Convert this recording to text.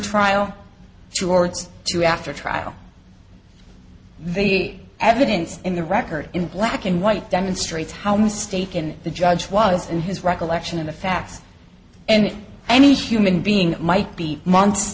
trial shorts to after trial the evidence in the record in black and white demonstrates how mistaken the judge was in his recollection of the facts and any human being might be month